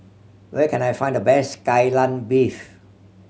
where can I find the best Kai Lan Beef